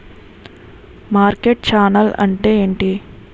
Market channel అంటే ఏంటి?